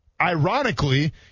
Ironically